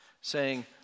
saying